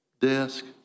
desk